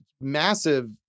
massive